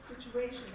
situation